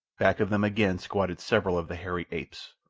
back of them again squatted several of the hairy apes.